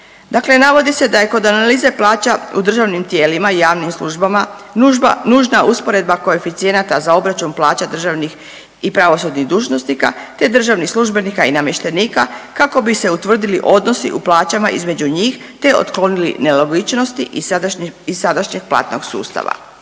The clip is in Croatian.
navodi se da je kod analize plaća u državnim tijelima i javnim službama nužba, nužna usporedba koeficijenata za obračun plaća državnih i pravosudnih dužnosnika, te državnih službenika i namještenika kako bi se utvrdili odnosi u plaćama između njih, te otklonili nelogičnosti iz sadašnje…, iz sadašnjeg platnog sustava.